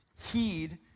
Heed